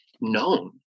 known